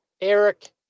Eric